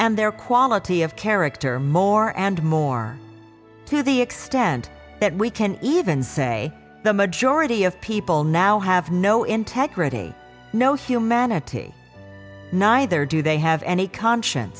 and their quality of character more and more to the extent that we can even say the majority of people now have no integrity no humanity neither do they have any conscience